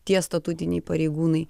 tie statutiniai pareigūnai